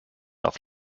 auf